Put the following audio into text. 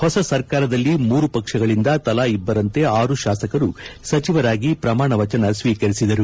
ಹೊಸ ಸರ್ಕಾರದಲ್ಲಿ ಮೂರು ಪಕ್ಷಗಳಿಂದ ತಲಾ ಇಬ್ಲರಂತೆ ಆರು ಶಾಸಕರು ಸಚಿವರಾಗಿ ಪ್ರಮಾಣವಚನ ಸ್ವೀಕರಿಸಿದರು